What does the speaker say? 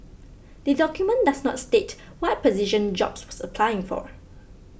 the document but does not state what position Jobs was applying for